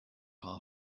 part